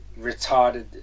retarded